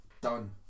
Done